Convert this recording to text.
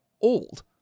old